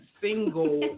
single